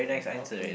oh okay